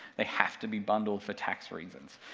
they have to be bundled for tax reasons.